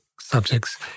subjects